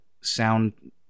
sound